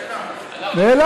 היכן כבוד הרב גפני?